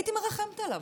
הייתי מרחמת עליו.